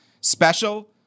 special